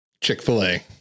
chick-fil-a